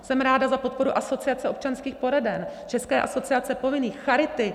Jsem ráda za podporu Asociace občanských poraden, České asociace povinných, charity.